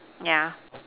yeah